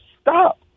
stop